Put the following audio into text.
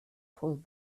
pulled